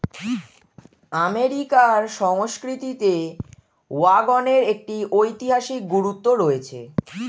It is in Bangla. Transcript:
আমেরিকার সংস্কৃতিতে ওয়াগনের একটি ঐতিহাসিক গুরুত্ব রয়েছে